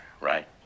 right